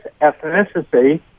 ethnicity